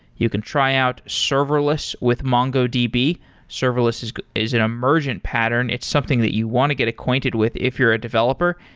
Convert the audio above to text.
you can try out serverless with mongodb. serverless is is an emergent pattern. it's something that you want to get acquainted with if you're a developer,